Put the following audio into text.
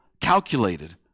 calculated